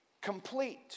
complete